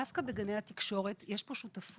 דווקא בגני התקשורת יש שותפות